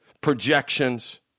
projections